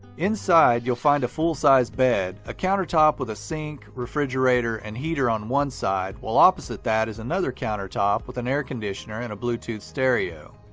inside, you'll find a full-sized bed, a countertop with a sink, refrigerator, and heater on one side, while opposite that is another countertop with an air conditioner and a bluetooth stereo.